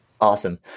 Awesome